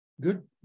Good